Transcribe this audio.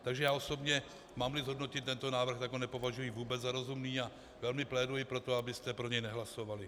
Takže já osobně, mámli zhodnotit tento návrh, tak ho nepovažuji vůbec za rozumný a velmi pléduji pro to, abyste pro něj nehlasovali.